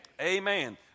Amen